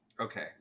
Okay